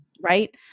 right